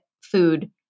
food